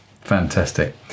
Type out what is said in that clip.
fantastic